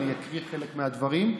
אקריא חלק מהדברים.